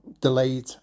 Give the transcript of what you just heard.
delayed